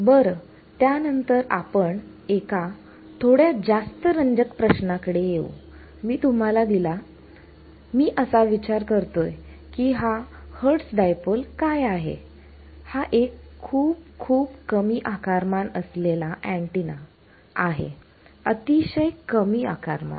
बरं त्यानंतर आपण एका थोड्या जास्त रंजक प्रश्नाकडे येऊ मी तुम्हाला दिला तर मी असा विचार करतोय की हा हर्टस डायपोल काय आहे हा एक खूप खूप कमी आकारमान असलेला अँटिना आहे अतिशय कमी आकारमान